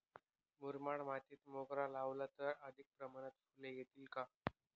मुरमाड मातीत मोगरा लावला तर अधिक प्रमाणात फूले येतील का?